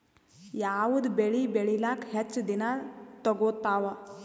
ಯಾವದ ಬೆಳಿ ಬೇಳಿಲಾಕ ಹೆಚ್ಚ ದಿನಾ ತೋಗತ್ತಾವ?